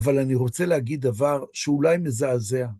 אבל אני רוצה להגיד דבר שאולי מזעזע.